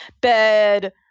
bed